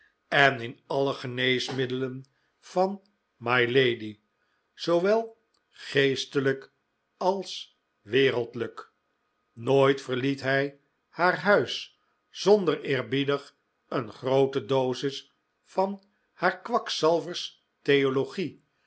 en in alle geneesmiddelen van mylady zoowel geestelijk als wereldlijk nooit verliet hij haar huis zonder eerbiedig een groote dosis van haar kwakzalvers theologie